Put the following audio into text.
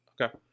Okay